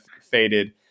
faded